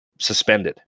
Suspended